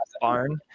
barn